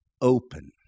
open